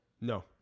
No